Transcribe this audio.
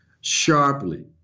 sharply